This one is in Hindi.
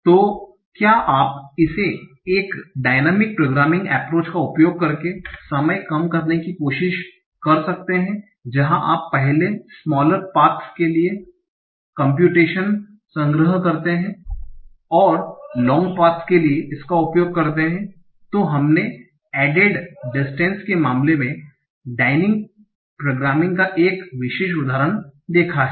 तो क्या आप इसे एक डाइनामिक प्रोग्रामिंग अप्रोच का उपयोग करके समय कम करने की कोशिश कर सकते हैं जहां आप पहले स्मालर पाथ्स के लिए कमप्यूटेशन्स संग्रह करते हैं और लॉन्गर पाथ्स के लिए इसका उपयोग करते हैं तो हमने एडेड डिस्टन्स के मामले में डाइनिंग प्रोग्रामिंग का एक विशेष उदाहरण देखा है